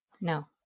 no